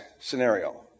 scenario